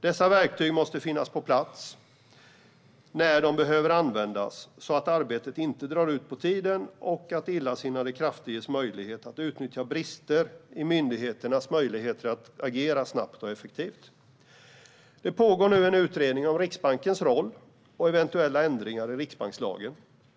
Dessa verktyg måste finnas på plats när de behöver användas så att arbetet inte drar ut på tiden och så att illasinnade krafter inte ges möjlighet att utnyttja brister i myndigheternas möjligheter att agera snabbt och effektivt. Det pågår nu en utredning om Riksbankens roll och eventuella ändringar i riksbankslagen.